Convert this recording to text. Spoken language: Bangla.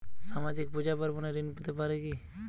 সামাজিক পূজা পার্বণে ঋণ পেতে পারে কি?